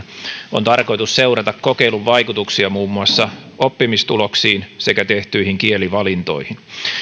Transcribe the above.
on tarkoitus seurata kokeilun vaikutuksia muun muassa oppimistuloksiin sekä tehtyihin kielivalintoihin